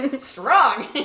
strong